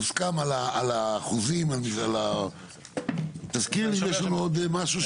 מוסכם על החוזים, תזכיר לי אם יש לנו עוד משהו.